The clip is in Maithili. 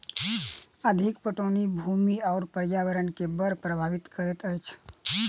अधिक पटौनी भूमि आ पर्यावरण के बड़ प्रभावित करैत अछि